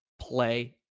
play